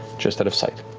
just out of sight.